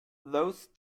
those